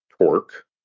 torque